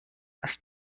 esta